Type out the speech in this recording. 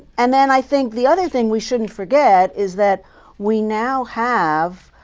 and then i think the other thing we shouldn't forget is that we now have